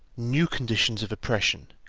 new conditions of oppression,